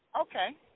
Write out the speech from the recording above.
Okay